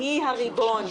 היא הריבון.